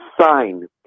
sign